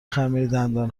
خمیردندان